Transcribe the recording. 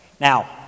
Now